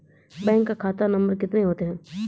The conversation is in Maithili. बैंक का खाता नम्बर कितने होते हैं?